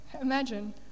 Imagine